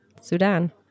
Sudan